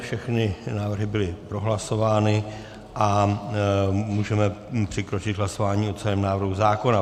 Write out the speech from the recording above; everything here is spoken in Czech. Všechny návrhy byly prohlasovány a můžeme přikročit k hlasování o celém návrhu zákona.